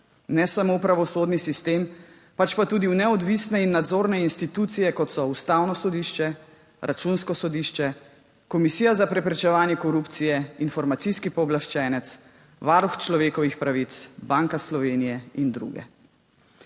Ne samo v pravosodni sistem, pač pa tudi v neodvisne in nadzorne institucije, kot so Ustavno sodišče, Računsko sodišče, Komisija za preprečevanje korupcije, Informacijski pooblaščenec, Varuh človekovih pravic, Banka Slovenije in druge.